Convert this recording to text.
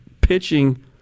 pitching